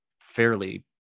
fairly